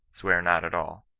swear not at all